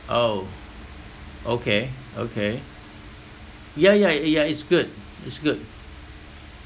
oh okay okay ya ya ya it's good it's good